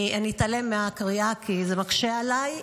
אני אתעלם מהקריאה, כי זה מקשה עליי.